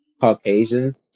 Caucasians